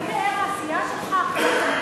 זה פאר העשייה שלך?